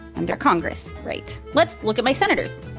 under congress. right. let's look at my senators.